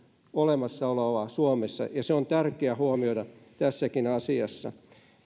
olemassaoloa suomessa ja se on tärkeä huomioida tässäkin asiassa